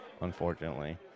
unfortunately